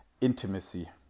intimacy